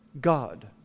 God